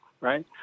Right